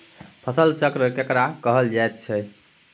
फसल चक्र केकरा कहल जायत छै?